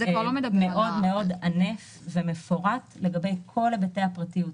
ענף מאוד ומפורט לגבי כל היבטי הפרטיות.